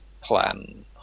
plan